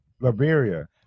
Liberia